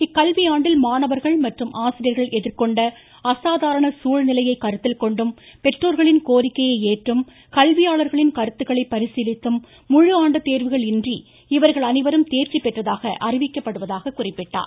இக்கல்வியாண்டில் மாணவர்கள் மற்றும் ஆசிரியர்கள் எதிர்கொண்ட அசாதாரண சூழ்நிலையை கருத்தில் கொண்டும் பெற்றோர்களின் கோரிக்கையை ஏற்றும் கல்வியாளர்களின் கருத்துக்களை பரிசீலித்தும் முழு ஆண்டு தோவுகள் இன்றி இவர்கள் அனைவரும் தேர்ச்சி பெற்றதாக அறிவிக்கப்படுவதாக குறிப்பிட்டார்